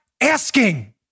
asking